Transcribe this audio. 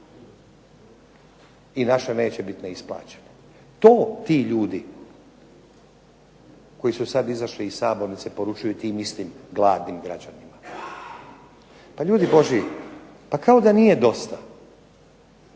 i naša neće biti neisplaćena. To ti ljudi koji su sad izašli iz Sabornice poručuju tim istim gladnim građanima. Pa ljudi božji, pa kao da nije dosta